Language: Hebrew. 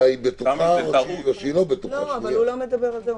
אבל הוא לא מדבר על זה.